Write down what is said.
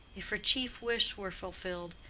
if her chief wish were fulfilled,